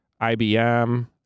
IBM